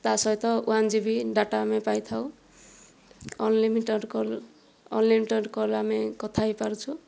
ତା' ସହିତ one GB data ଆମେ ପାଇଥାଉ ଅନଲିମିଟେଡ୍ କଲ୍ ଅନଲିମିଟେଡ୍ କଲ୍ ଆମେ କଥା ହୋଇପାରୁଛୁ